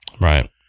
right